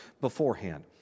beforehand